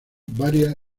varias